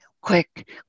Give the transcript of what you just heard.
quick